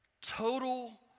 total